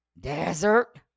Desert